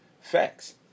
facts